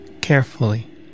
carefully